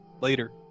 later